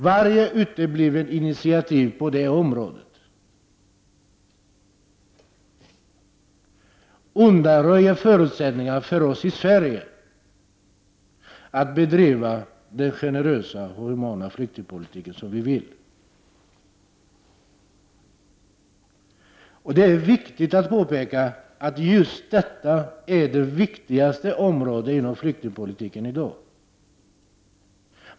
Varje uteblivet initiativ på det området undanröjer förutsättningarna för oss i Sverige att bedriva den generösa och humana flyktingpolitik som vi vill föra. Det är viktigt att påpeka att just detta är det viktigaste området inom flyktingpolitiken i dag.